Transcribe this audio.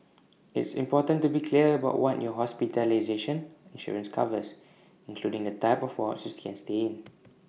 it's important to be clear about what your hospitalization insurance covers including the type of wards you can stay in